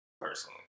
personally